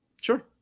Sure